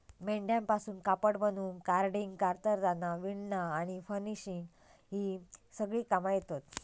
मेंढ्यांपासून कापड बनवूक कार्डिंग, कातरना, विणना आणि फिनिशिंग ही सगळी कामा येतत